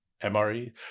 MRE